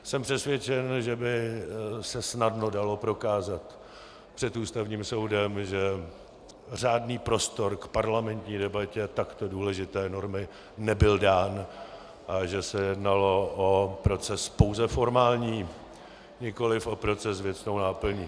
Jsem přesvědčen, že by se snadno dalo prokázat před Ústavním soudem, že řádný prostor k parlamentní debatě o takto důležité normě nebyl dán a že se jednalo o proces pouze formální, nikoliv o proces s věcnou náplní.